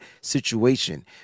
situation